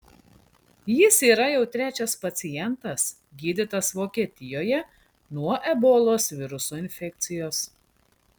jis yra jau trečias pacientas gydytas vokietijoje nuo ebolos viruso infekcijos